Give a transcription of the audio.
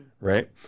right